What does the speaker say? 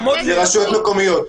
לרשויות מקומיות.